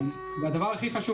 והדבר הכי חשוב,